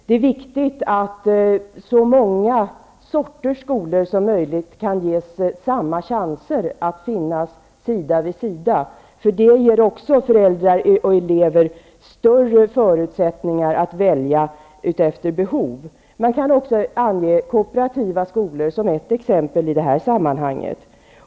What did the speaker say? Det är angeläget att så många sorters skolor som möjligt kan ges samma chanser att finnas sida vid sida. Också det ger föräldrar och elever större förutsättningar att välja efter behov. Jag kan ange kooperativa skolor såsom ett exempel i detta sammanhang.